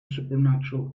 supernatural